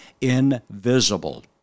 invisible